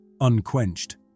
unquenched